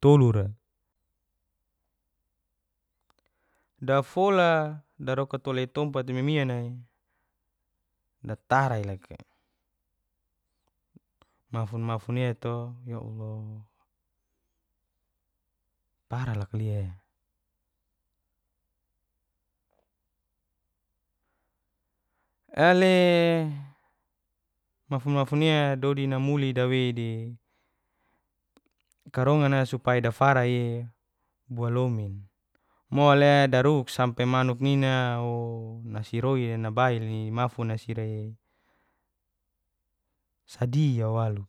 Tolura dafola daroka tolo tompat mimin nai datara iloka mafun mafunia to yaallah paraloka liaeale mafun mafunia dodi namuli daweidi karongana supai dafarai bolomin mole daruk sampe manuk nina ooo nasiroi nabail ni mafun'na si iraee sadia walu